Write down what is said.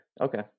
Okay